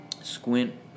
Squint